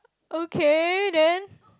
okay then